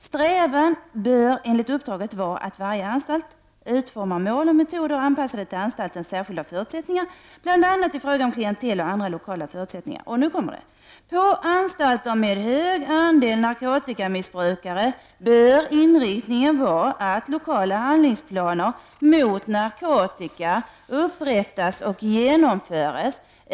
Strävan bör enligt uppdraget vara att varje anstalt utformar mål och metoder anpassade till anstaltens särskilda förutsättningar bl.a. i fråga om klientel och andra lokala förutsättningar.” Och nu kommer det: ”På anstalter med en hög andel narkotikamissbrukare bör inriktningen vara att lokala handlingsplaner mot narkotika upprättas och genomförs.